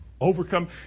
overcome